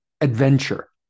adventure